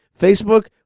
Facebook